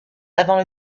avant